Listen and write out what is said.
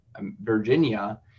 Virginia